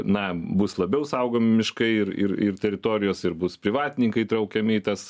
na bus labiau saugomi miškai ir ir teritorijos ir bus privatininkai traukiami į tas